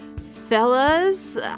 fellas